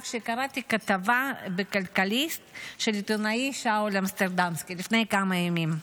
כשקראתי כתבה בכלכליסט של העיתונאי שאול אמסטרדמסקי לפני כמה ימים.